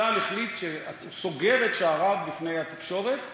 צה"ל החליט שהוא סוגר את שעריו בפני התקשורת,